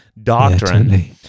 doctrine